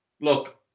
look